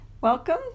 welcome